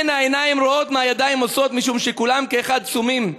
אין העיניים רואות מה הידיים עושות משום שכולם כאחד סומים.